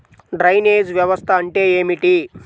Drainage వ్యవస్థ అంటే ఏమిటి?